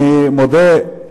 מגלי,